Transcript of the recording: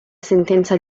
sentenza